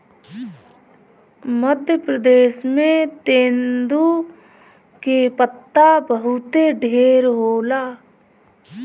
मध्य प्रदेश में तेंदू के पत्ता बहुते ढेर होला